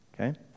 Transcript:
okay